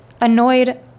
annoyed